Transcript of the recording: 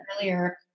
earlier